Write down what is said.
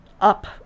up